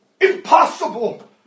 impossible